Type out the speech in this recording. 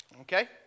okay